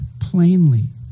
plainly